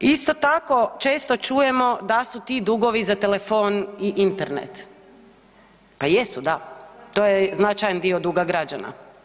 Isto tako često čujemo da su ti dugovi za telefon i Internet, pa jesu da, to je značajan dio duga građana.